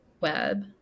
web